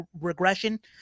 regression